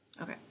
Okay